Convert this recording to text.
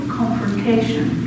confrontation